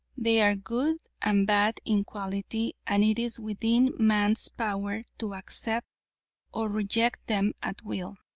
they are good and bad in quality, and it is within man's power to accept or reject them at will.